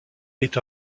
est